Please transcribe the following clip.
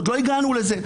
עוד לא הגענו לזה.